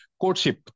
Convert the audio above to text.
courtship